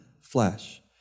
flesh